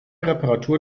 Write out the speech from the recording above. reparatur